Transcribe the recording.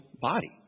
body